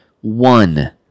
one